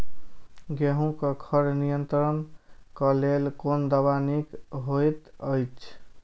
गेहूँ क खर नियंत्रण क लेल कोन दवा निक होयत अछि?